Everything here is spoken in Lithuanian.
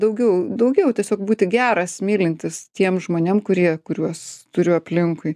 daugiau daugiau tiesiog būti geras mylintis tiem žmonėm kurie kuriuos turiu aplinkui